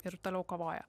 ir toliau kovoja